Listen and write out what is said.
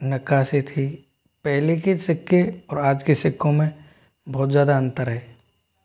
नक्काशी थी पहले के सिक्के और आज के सिक्कों मे बहुत ज़्यादा अंतर है